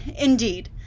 Indeed